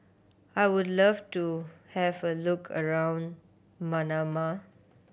I would love to have a look around Manama